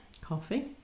Coffee